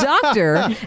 doctor